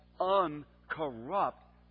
uncorrupt